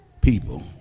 people